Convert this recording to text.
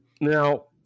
Now